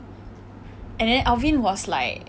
and then alvin was like